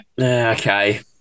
Okay